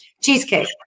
cheesecake